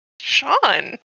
Sean